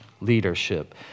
leadership